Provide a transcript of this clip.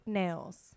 nails